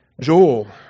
Joel